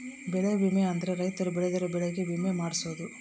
ಬೆಳೆ ವಿಮೆ ಅಂದ್ರ ರೈತರು ಬೆಳ್ದಿರೋ ಬೆಳೆ ಗೆ ವಿಮೆ ಮಾಡ್ಸೊದು